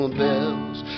bells